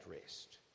rest